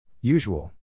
Usual